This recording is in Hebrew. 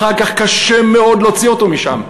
אחר כך קשה מאוד להוציא אותו משם.